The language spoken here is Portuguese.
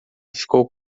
ficou